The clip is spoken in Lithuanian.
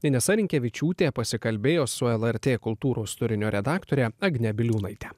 inesa rinkevičiūtė pasikalbėjo su lrt kultūros turinio redaktore agne biliūnaite